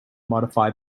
modify